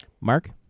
mark